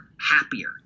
happier